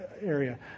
area